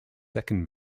second